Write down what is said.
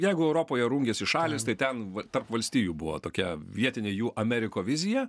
jeigu europoje rungėsi šalys tai ten va tarp valstijų buvo tokia vietinė jų amerikovizija